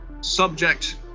subject